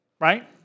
right